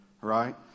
right